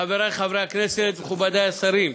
חברי חברי הכנסת, מכובדי השרים,